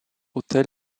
autel